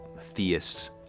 theists